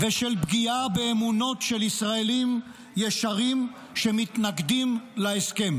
ושל פגיעה באמונות של ישראלים ישרים שמתנגדים להסכם.